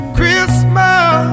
Christmas